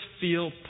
feel